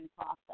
process